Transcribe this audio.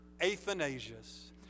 Athanasius